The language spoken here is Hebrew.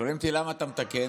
שואלים אותי: למה אתה מתקן?